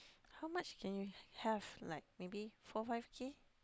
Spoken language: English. how much can you have like maybe four five K